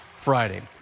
Friday